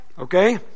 okay